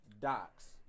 docs